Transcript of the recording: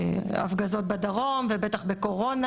ההפגזות בדרום ובטח בקורונה,